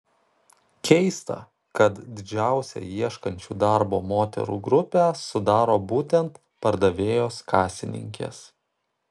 keista kad didžiausią ieškančių darbo moterų grupę sudaro būtent pardavėjos kasininkės